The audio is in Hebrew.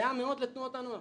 זהה לפעילות בתנועות הנוער.